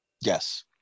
Yes